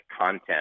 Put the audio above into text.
content